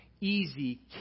easy